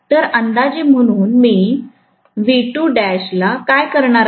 तर अंदाजे म्हणून मीला काय करणार आहे